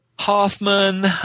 Hoffman